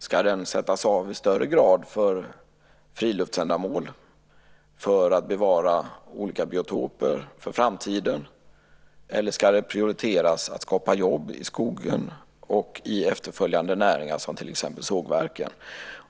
Ska den sättas av i större grad för friluftsändamål, för att bevara olika biotoper för framtiden, eller ska man prioritera att det skapas jobb i skogen och i efterföljande näringar som till exempel sågverken?